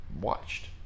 watched